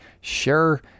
Sure